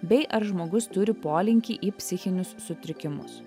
bei ar žmogus turi polinkį į psichinius sutrikimus